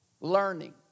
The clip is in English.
learning